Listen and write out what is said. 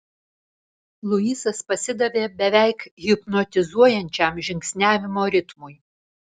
luisas pasidavė beveik hipnotizuojančiam žingsniavimo ritmui